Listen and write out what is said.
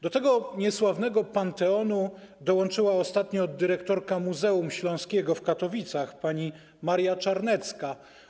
Do tego niesławnego panteonu dołączyła ostatnio dyrektorka Muzeum Śląskiego w Katowicach, pani Maria Czarnecka.